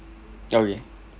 okay